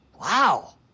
Wow